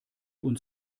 uns